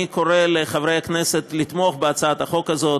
אני קורא לחברי הכנסת לתמוך בהצעת החוק הזאת.